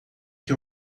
que